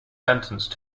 sentenced